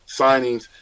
signings